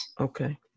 Okay